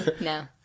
No